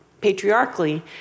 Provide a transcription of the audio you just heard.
patriarchally